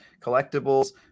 collectibles